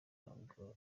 ntabwo